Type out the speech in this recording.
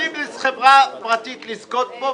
נותנים לאיזו חברה פרטית לזכות בו,